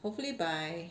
hopefully by